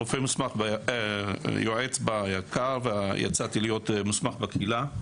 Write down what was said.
הייתי יועץ ביק"ר, ויצאתי להיות מוסמך בקהילה.